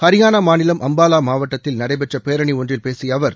ஹரியானா மாநிலம் அம்பாலா மாவட்டத்தில் நடைபெற்ற பேரணி ஒன்றில் பேசிய அவர்